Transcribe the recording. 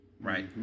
Right